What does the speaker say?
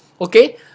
Okay